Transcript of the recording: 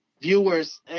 viewers